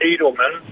Edelman